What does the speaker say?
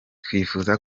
twifuza